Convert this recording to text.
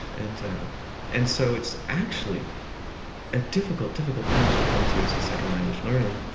and and so it's actually a difficult, difficult language to come to as a second language learner,